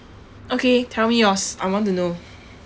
okay tell me yours I want to know